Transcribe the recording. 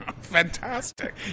fantastic